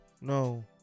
No